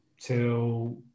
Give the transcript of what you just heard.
till